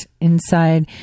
Inside